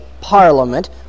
parliament